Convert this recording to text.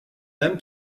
lame